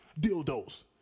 dildos